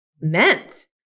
meant